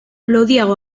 lodiago